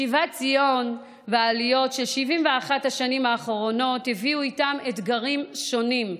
שיבת ציון והעליות של 71 השנים האחרונות הביאו איתן אתגרים שונים.